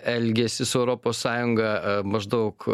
elgiasi su europos sąjunga maždaug